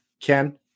Ken